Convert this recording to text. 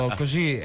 così